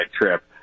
trip